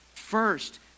First